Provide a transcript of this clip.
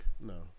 no